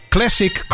Classic